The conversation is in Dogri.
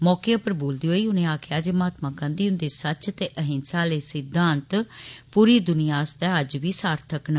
मौके उप्पर बोलदे होई उनें आक्खेआ जे महात्मा गांधी हुन्दे सच ते अहिंसा आले सिद्दांत पूरी दुनिया आस्तै अज्ज बी सार्थक न